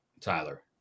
Tyler